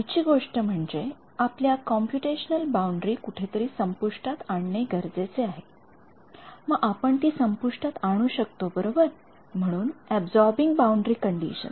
पुढची गोष्ट म्हणजे आपल्या कॉम्पुटेशनल बाउंडरी कुठेतरी संपुष्टात आणणे गरजेचे आहे मग आपण ती संपुष्टात आणू शकतो बरोबर म्हणून अबसॉरबिंग बाउंडरी कंडिशन्स